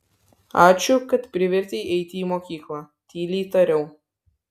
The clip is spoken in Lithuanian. ačiū kad privertei eiti į mokyklą tyliai tariau